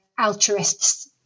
altruists